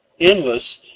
endless